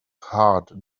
hard